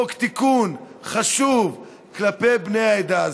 חוק תיקון חשוב כלפי בני העדה הזאת.